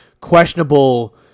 questionable